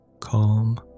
Calm